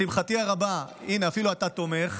לשמחתי הרבה הינה, אפילו אתה תומך,